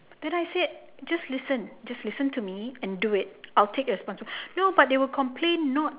then I said just listen just listen to me and do it I will take responsibility no but they will complain not